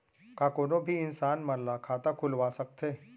का कोनो भी इंसान मन ला खाता खुलवा सकथे?